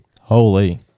Holy